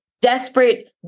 desperate